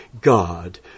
God